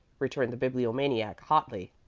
returned the bibliomaniac, hotly.